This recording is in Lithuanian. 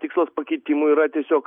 tikslas pakeitimų yra tiesiog